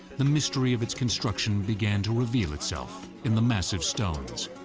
the mystery of its construction began to reveal itself in the massive stones.